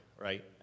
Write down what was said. right